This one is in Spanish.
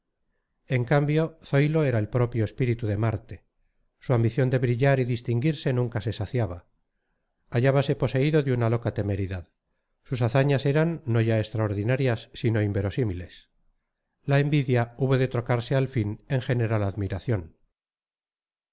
en cambio zoilo era el propio espíritu de marte su ambición de brillar y distinguirse nunca se saciaba hallábase poseído de una loca temeridad sus hazañas eran no ya extraordinarias sino inverosímiles la envidia hubo de trocarse al fin en general admiración